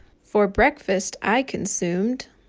for breakfast i consumed?